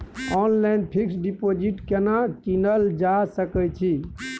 Online fix deposit केना कीनल जा सकै छी?